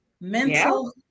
Mental